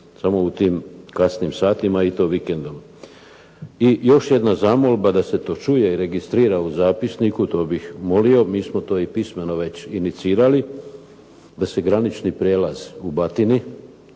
samo u tim kasnim satima i to vikendom. I još jedna zamolba da se to čuje i registrira u zapisniku, to bih molio, mi smo to i pismeno već inicirali da se granični prijelaz u Batini